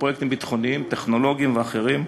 פרויקטים ביטחוניים טכנולוגיים ואחרים,